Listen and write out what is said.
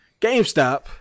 GameStop